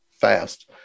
fast